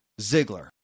Ziggler